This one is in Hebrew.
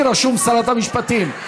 לי רשום שרת המשפטים.